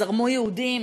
זרמו יהודים,